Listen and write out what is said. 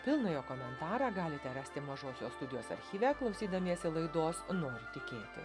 pilną jo komentarą galite rasti mažosios studijos archyve klausydamiesi laidos noriu tikėti